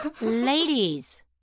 Ladies